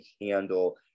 handle